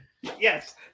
yes